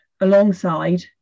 alongside